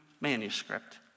manuscript